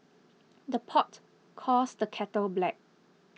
the pot calls the kettle black